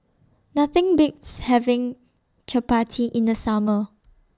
Nothing Beats having Chapati in The Summer